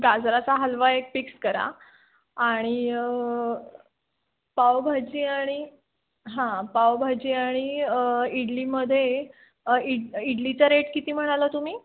गाजराचा हलवा एक फिक्स करा आणि पावभाजी आणि हां पावभाजी आणि इडलीमध्ये इड इडलीचा रेट किती म्हणाला तुम्ही